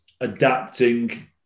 adapting